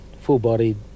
full-bodied